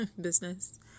business